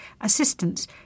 assistance